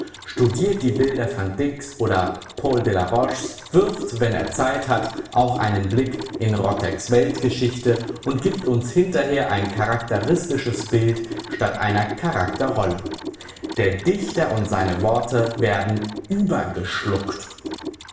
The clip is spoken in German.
studiert die bilder van dycks oder paul de la roches wirft wenn er zeit hat auch einen blick in rottecks weltgeschichte und gibt uns hinterher ein charakteristisches bild statt einer charakterrolle der dichter und seine worte werden übergeschluckt